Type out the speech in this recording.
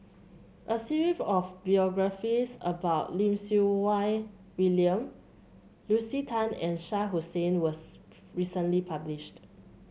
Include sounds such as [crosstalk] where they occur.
a series of [unintelligible] about Lim Siew Wai William Lucy Tan and Shah Hussain was [unintelligible] recently published